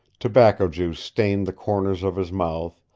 tobacco juice stained the corners of his mouth,